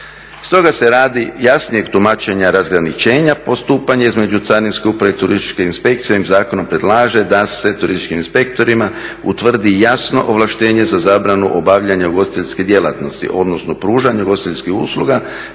Stoga se radi jasnijeg tumačenja razgraničenja postupanje između carinske uprave i turističke inspekcije ovim zakonom predlaže da se turističkim inspektorima utvrdi jasno ovlaštenje za zabranu obavljanja ugostiteljske djelatnosti, odnosno pružanju ugostiteljskih usluga